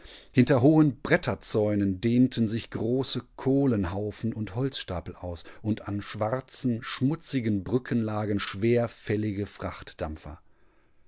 hinter hohen bretterzäunen dehnten sich große kohlenhaufen und holzstapel aus und an schwarzen schmutzigen brücken lagen schwerfällige